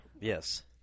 Yes